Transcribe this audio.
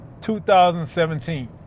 2017